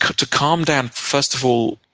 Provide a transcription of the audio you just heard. to calm down, first of all,